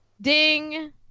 ding